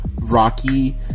rocky